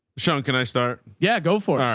sean, can i start? yeah. go for um